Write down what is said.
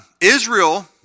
Israel